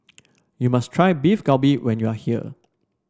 you must try Beef Galbi when you are here